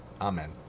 Amen